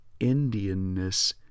Indianness